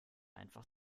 einfach